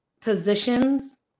positions